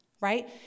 right